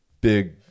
big